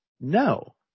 no